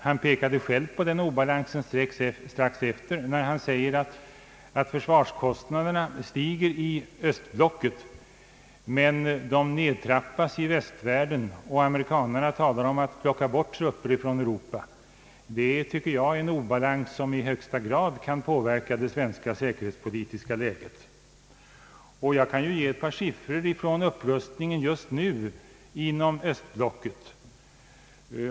Han pekade själv på denna obalans när han berättade att försvarskostnaderna stiger inom östblocket men trappas ned i västvärlden och att amerikanarna talar om att dra bort truppstyrkor från Europa. Detta är just en obalans som i högsta grad kan påverka det svenska säkerhetspolitiska läget. Jag kan lämna några siffror på upprustningen just nu inom östblocket.